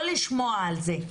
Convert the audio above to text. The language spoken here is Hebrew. לא לשמוע על זה.